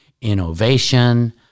innovation